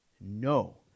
No